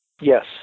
Yes